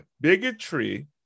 Bigotry